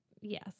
Yes